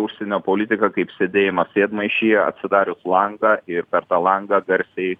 užsienio politiką kaip sėdėjimą sėdmaišyje atsidarius langą ir per tą langą garsiai